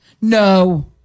No